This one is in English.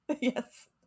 yes